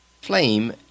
Flame